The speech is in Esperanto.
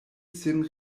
sin